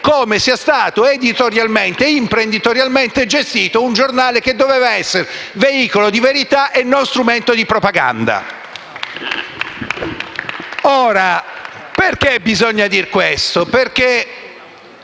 come sia stato editorialmente ed imprenditorialmente gestito un giornale che doveva essere veicolo di verità e non strumento di propaganda. *(Applausi dal Gruppo M5S)*. Perché bisogna dire questo? Perché